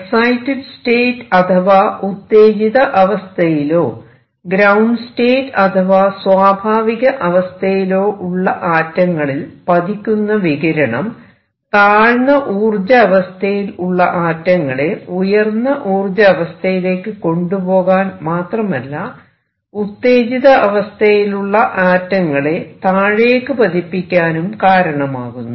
excited state അഥവാ ഉത്തേജിത അവസ്ഥയിലോ ഗ്രൌണ്ട് സ്റ്റേറ്റ് അഥവാ സ്വാഭാവിക അവസ്ഥയിലോ ഉള്ള ആറ്റങ്ങളിൽ പതിക്കുന്ന വികിരണം താഴ്ന്ന ഊർജ അവസ്ഥയിൽ ഉള്ള ആറ്റങ്ങളെ ഉയർന്ന ഊർജ അവസ്ഥയിലേക്ക് കൊണ്ടുപോകാൻ മാത്രമല്ല ഉത്തേജിത അവസ്ഥയിലുള്ള ആറ്റങ്ങളെ താഴേക്ക് പതിപ്പിക്കാനും കാരണമാകുന്നു